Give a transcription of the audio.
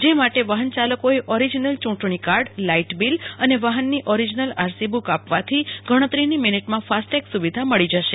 જે માટે વાહનચાલકોએ ઓરિજિનલ ચૂટણી કાડર લાઈટ બીલ અને વાહનની ઓરિજિનલ આરસી બૂક આપવાથી ગણતરીની મિનિટમાં ફાસ્ટટેગ મળી જશે